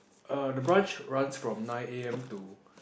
err the branch runs from nine a_m to